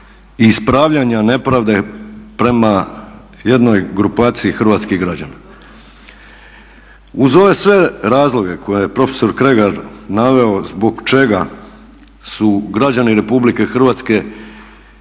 ispravljanja nepravde prema jednoj grupaciji hrvatskih građana. Uz ove sve razloge koje je profesor Kregar naveo zbog čega su građani Republike Hrvatske